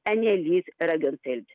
enielys regerfėld